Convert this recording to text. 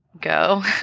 go